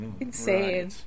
Insane